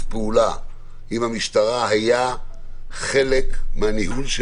פעולה עם המשטרה היה חלק מהניהול של